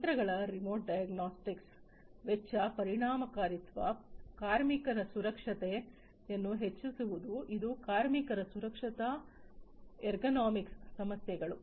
ಯಂತ್ರಗಳ remote diagnostics ವೆಚ್ಚ ಪರಿಣಾಮಕಾರಿತ್ವ ಕಾರ್ಮಿಕರ ಸುರಕ್ಷತೆಯನ್ನು ಹೆಚ್ಚಿಸುವುದು ಮತ್ತು ಇದು ಕಾರ್ಮಿಕರ ಸುರಕ್ಷತಾ ಏರ್ಗೊನೋಮಿಕ್ ಸಮಸ್ಯೆಗಳು